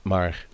Maar